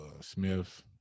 Smith